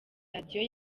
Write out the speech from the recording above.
radio